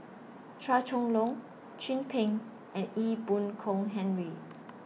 Chua Chong Long Chin Peng and Ee Boon Kong Henry